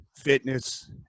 fitness